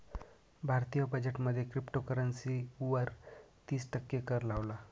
भारतीय बजेट मध्ये क्रिप्टोकरंसी वर तिस टक्के कर लावला